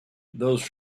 those